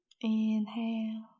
Inhale